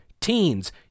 teens